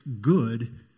good